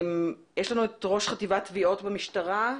יש לנו את ראש חטיבת תביעות במשטרה,